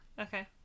Okay